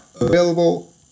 available